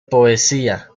poesía